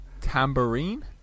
Tambourine